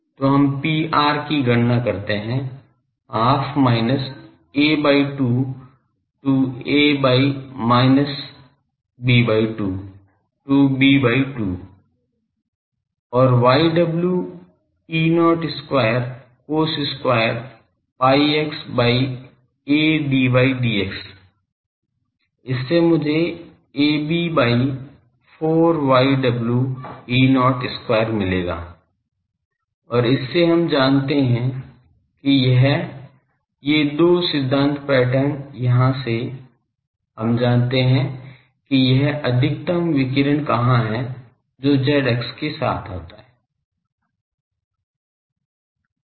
तो हम Pr की गणना कर सकते है half minus a by 2 to a by 2 minus b by 2 to b by 2 और yw E0 square cos square pi x by a dydx इससे मुझे ab by 4 yw E0 square मिलेगा और इससे हम जानते हैं कि यह ये दो सिद्धांत पैटर्न यहाँ से हम जानते हैं कि यह अधिकतम विकिरण कहाँ है जो z अक्ष के साथ होता है